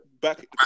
back